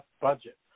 budget